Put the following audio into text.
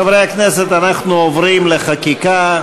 חברי הכנסת, אנחנו עוברים לחקיקה,